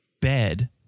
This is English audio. bed